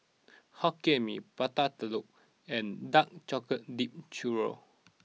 Hokkien Mee Prata Telur and Dark Chocolate Dipped Churro